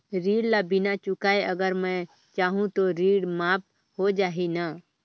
ऋण ला बिना चुकाय अगर मै जाहूं तो ऋण माफ हो जाही न?